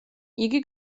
იგი